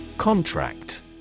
Contract